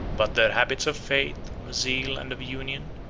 but their habits of faith, of zeal, and of union,